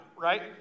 right